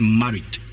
married